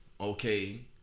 Okay